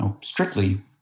strictly